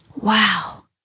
Wow